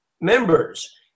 members